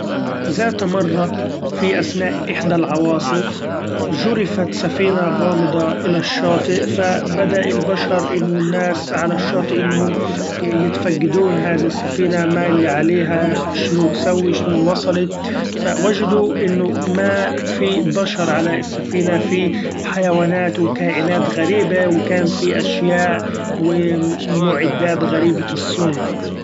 ذات مرة في اثناء احدى العواصف جرفت سفينة غامضة الى الشاطئ! ف بدأ البشر إن الناس على الشاطئ إنهم يتفقدون هذي السفينة، ما اللي عليها اشنو تسوي اشلون وصلت؟ ف وجدوا إنه ما في بشر على السفينة في حيوأنات وكائنات غريبة! وكان في اشياء ومعدات غريبة الصنع!